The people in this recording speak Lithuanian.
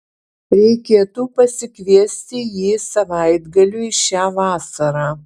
reikėtų pasikviesti jį savaitgaliui šią vasarą